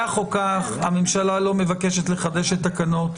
כך או כך, הממשלה לא מבקשת לחדש את תקנות